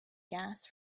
gas